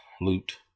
loot